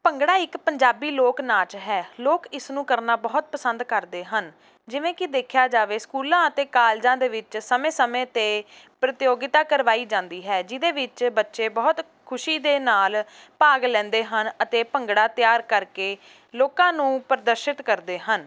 ਭੰਗੜਾ ਇੱਕ ਪੰਜਾਬੀ ਲੋਕ ਨਾਚ ਹੈ ਲੋਕ ਇਸ ਨੂੰ ਕਰਨਾ ਬਹੁਤ ਪਸੰਦ ਕਰਦੇ ਹਨ ਜਿਵੇਂ ਕਿ ਦੇਖਿਆ ਜਾਵੇ ਸਕੂਲਾਂ ਅਤੇ ਕਾਲਜਾਂ ਦੇ ਵਿੱਚ ਸਮੇਂ ਸਮੇਂ 'ਤੇ ਪ੍ਰਤਿਯੋਗਿਤਾ ਕਰਵਾਈ ਜਾਂਦੀ ਹੈ ਜਿਹਦੇ ਵਿੱਚ ਬੱਚੇ ਬਹੁਤ ਖੁਸ਼ੀ ਦੇ ਨਾਲ ਭਾਗ ਲੈਂਦੇ ਹਨ ਅਤੇ ਭੰਗੜਾ ਤਿਆਰ ਕਰਕੇ ਲੋਕਾਂ ਨੂੰ ਪ੍ਰਦਰਸ਼ਿਤ ਕਰਦੇ ਹਨ